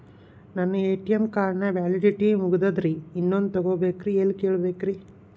ನನ್ನ ATM card ನ validity ಮುಗದದ್ರಿ ಇನ್ನೊಂದು ತೊಗೊಬೇಕ್ರಿ ಎಲ್ಲಿ ಕೇಳಬೇಕ್ರಿ?